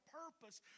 purpose